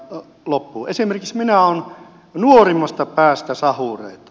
esimerkiksi minä olen nuorimmasta päästä sahureita